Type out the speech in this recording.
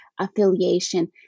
affiliation